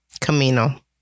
Camino